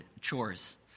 chores